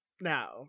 now